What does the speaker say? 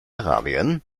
arabien